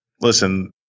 Listen